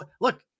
look